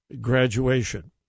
graduation